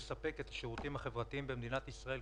יש עמותות רבות שנכנסות פנימה ובנוסף להן,